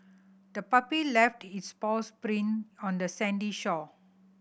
the puppy left its paws print on the sandy shore